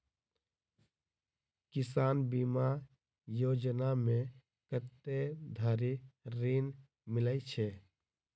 किसान बीमा योजना मे कत्ते धरि ऋण मिलय छै?